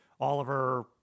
Oliver